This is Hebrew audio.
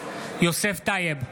יוסף טייב,